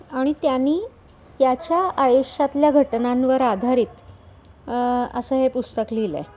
आणि त्याने त्याच्या आयुष्यातल्या घटनांवर आधारित असं हे पुस्तक लिहिलं आहे